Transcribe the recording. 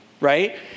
Right